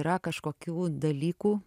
yra kažkokių dalykų